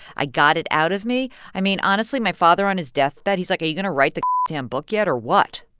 i got it out of me. i mean, honestly, my father on his deathbed he's like, are you going to write the damn book yet or what?